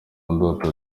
ndoto